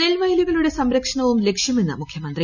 നെൽവയലുകളുടെ സംരക്ഷണവും ലക്ഷ്യമെന്ന് മുഖ്യമന്ത്രി